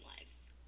lives